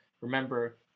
remember